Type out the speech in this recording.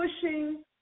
pushing